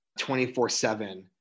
24-7